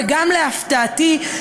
וגם להפתעתי,